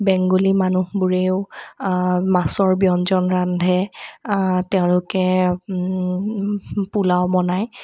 বেংগলী মানুহবোৰেও মাছৰ ব্যঞ্জন ৰান্ধে তেওঁলোকে পোলাও বনায়